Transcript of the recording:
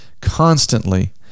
constantly